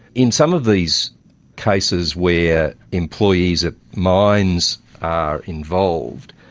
in some of these cases where employees at mines are involved,